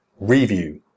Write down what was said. Review